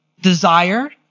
desire